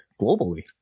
globally